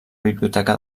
biblioteca